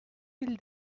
will